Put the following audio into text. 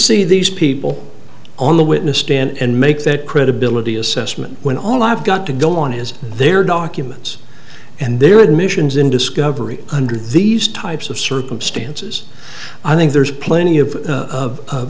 see these people on the witness stand and make that credibility assessment when all i've got to go on is their documents and their admissions in discovery under these types of circumstances i think there's plenty of